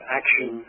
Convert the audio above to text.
action